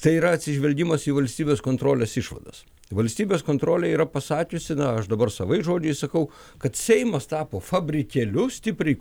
tai yra atsižvelgimas į valstybės kontrolės išvadas valstybės kontrolė yra pasakiusi na aš dabar savais žodžiais sakau kad seimas tapo fabrikėliu stipriai